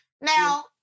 Now